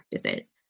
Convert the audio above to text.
practices